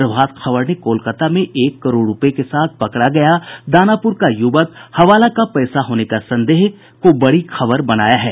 प्रभात खबर ने कोलकता में एक करोड़ रूपये के साथ पकड़ा गया दानापुर का युवक हवाला का पैसा होने का संदेह को बड़ी खबर बनाया है